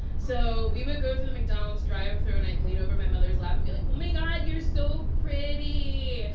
so we would go to through the mcdonald's drive-through and i'd leaned over my mother's lap and be like oh, my god, you're so pretty.